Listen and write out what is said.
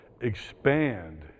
Expand